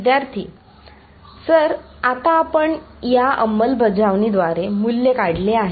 विद्यार्थी सर आता आपण या अंमलबजावणीद्वारे मूल्य काढले आहे